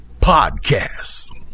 Podcasts